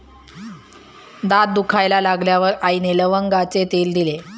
दात दुखायला लागल्यावर आईने लवंगाचे तेल दिले